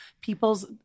people's